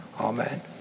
Amen